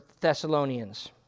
Thessalonians